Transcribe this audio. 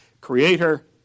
Creator